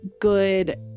good